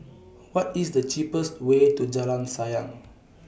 What IS The cheapest Way to Jalan Sayang